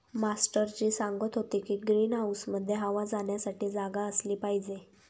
master ji सांगत होते की ग्रीन हाऊसमध्ये हवा जाण्यासाठी जागा असली पाहिजे